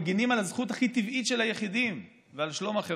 שמגינים על הזכות הכי טבעית של היחידים ועל שלום החברה.